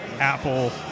Apple